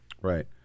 Right